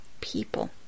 people